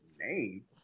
name